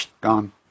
gone